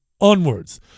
onwards